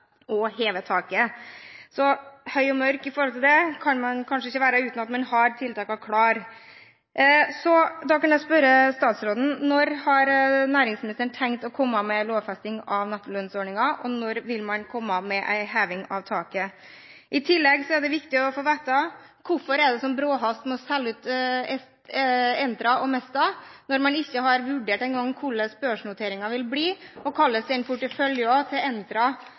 taket. Så høy og mørk kan man kanskje ikke være uten at man har tiltakene klare. Da kan jeg spørre statsråden: Når har næringsministeren tenkt å komme med en lovfesting av nettolønnsordningen, og når vil man komme med en heving av taket? I tillegg er det viktig å få vite hvorfor det er slik bråhast med å selge ut Entra og Mesta, når man ikke engang har vurdert hvordan børsnoteringen vil bli, og hvordan porteføljen til Entra ligger an. Det er ingen forklaring på det. Kommer hun tilbake til